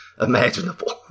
imaginable